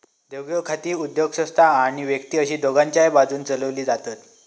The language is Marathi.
देवघेव खाती उद्योगसंस्था आणि व्यक्ती अशी दोघांच्याय बाजून चलवली जातत